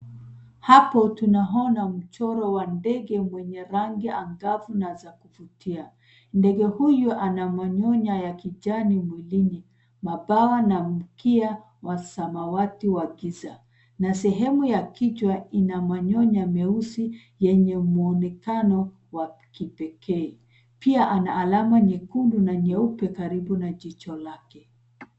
Hapo tunaona mchoro wa ndege wenye rangi angavu na za kuvutia. Ndege huyu ana manyoya ya kijani mwilini, mabawa na mkia wa samawati wa giza. Na sehemu ya kichwa ina manyoya meusi yenye muonekano wa kipekee. Pia ana alama nyekundu na nyeupe karibu na jicho lake.